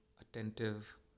attentive